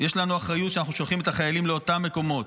יש לנו אחריות שאנחנו שולחים את החיילים לאותם מקומות.